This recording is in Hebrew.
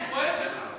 חבר הכנסת חאג' יחיא.